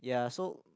ya so